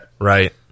Right